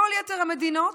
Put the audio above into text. בכל יתר המדינות,